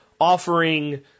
offering